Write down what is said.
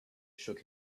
shook